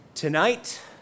Tonight